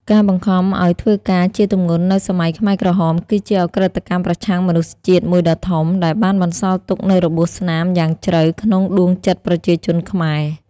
ការបង្ខំឱ្យធ្វើការជាទម្ងន់នៅសម័យខ្មែរក្រហម គឺជាឧក្រិដ្ឋកម្មប្រឆាំងមនុស្សជាតិមួយដ៏ធំ ដែលបានបន្សល់ទុកនូវរបួសស្នាមយ៉ាងជ្រៅក្នុងដួងចិត្តប្រជាជនខ្មែរ។